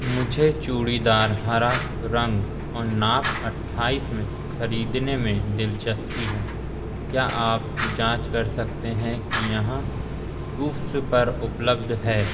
मुझे चूड़ीदार हरा रंग और नाप अट्ठाईस में ख़रीदने में दिलचस्पी है क्या आप जाँच सकते हैं कि यह कूव्स पर उपलब्ध है